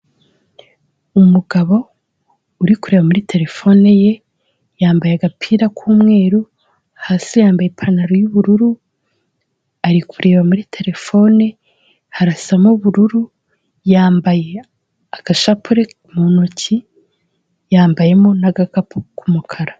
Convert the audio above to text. Umugabo uri kureba muri telefone ye yambaye agapira k'umweru, hasi yambaye ipantaro y'ubururu ari kureba muri telefone harasa n'ubururu, yambaye agashapure mu ntoki, yambayemo n'agakapu k'umukara.